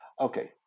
Okay